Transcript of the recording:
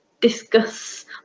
discuss